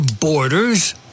Borders